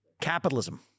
Capitalism